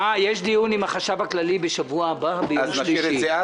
יש דיון עם החשב הכללי בשבוע הבא ביום שלישי.